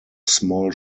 small